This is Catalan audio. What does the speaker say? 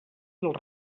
dels